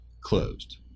closed